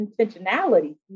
intentionality